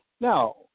Now